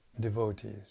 devotees